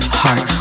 heart